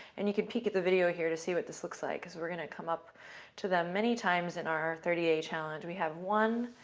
and you can peek at the video here to see what this looks like, because we're going to come up to them many times in our thirty day challenge. we have one,